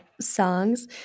songs